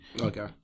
Okay